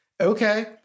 Okay